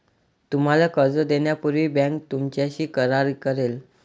तुम्हाला कर्ज देण्यापूर्वी बँक तुमच्याशी करार करेल